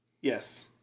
Yes